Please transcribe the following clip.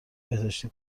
بهداشتی